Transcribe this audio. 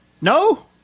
no